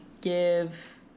Give